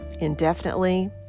indefinitely